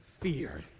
fear